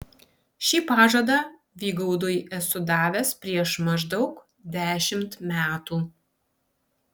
šį pažadą vygaudui esu davęs prieš maždaug dešimt metų